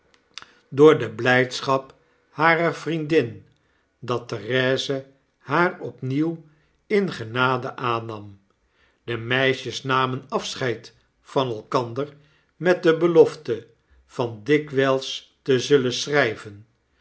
door de blydschap harer vriendin dat therese haar opnieuw in genade aannam de meisjes namen afscheid van elkander met de belofte van dikwjjls te zullen schryven